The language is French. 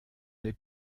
les